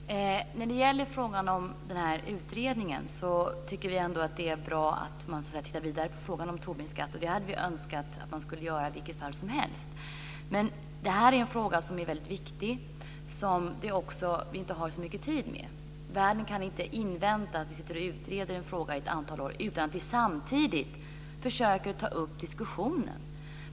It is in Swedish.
Fru talman! När det gäller frågan om utredningen tycker vi att det är bra att man tittar vidare på frågan om Tobinskatten. Det hade vi önskat att man skulle göra i vilket fall som helst. Detta är en fråga som är viktig, och där vi inte har så mycket tid. Världen kan inte invänta att vi sitter och utreder en fråga i ett antal år utan att vi samtidigt försöker ta upp diskussionen.